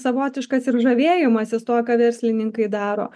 savotiškas ir žavėjimasis tuo ką verslininkai daro